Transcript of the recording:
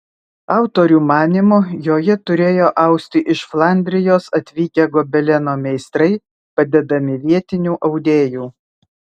autorių manymu joje turėjo austi iš flandrijos atvykę gobeleno meistrai padedami vietinių audėjų